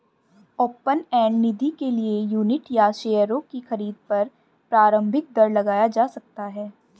open end निधि के लिए यूनिट या शेयरों की खरीद पर प्रारम्भिक दर लगाया जा सकता है